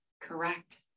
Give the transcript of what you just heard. Correct